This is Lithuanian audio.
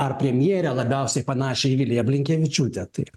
ar premjerę labiausiai panašią į viliją blinkevičiūtę tai